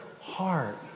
heart